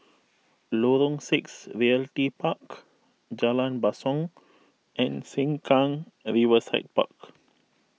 Lorong six Realty Park Jalan Basong and Sengkang Riverside Park